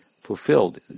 fulfilled